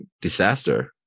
disaster